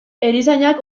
erizainak